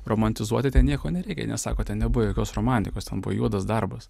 romantizuoti ten nieko nereikia nes sako ten nebuvo jokios romantikos ten buvo juodas darbas